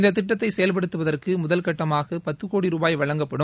இந்த திட்டத்தை செயல்படுத்துவதற்கு முதல் கட்டமாக பத்து கோடி ரூபாய் வழங்கப்படும்